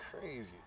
crazy